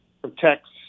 protects